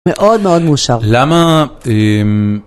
מאוד מאוד מאושר. למה, אה...